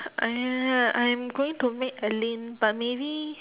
uh I am going to make alyn but maybe